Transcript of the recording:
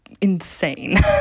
insane